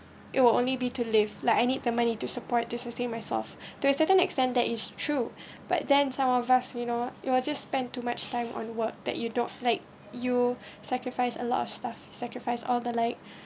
it will only be to live like I need the money to support to sustain myself to a certain extent that is true but then some of us you know you're just spend too much time on work that you don't like you sacrifice a lot of stuff sacrifice all the like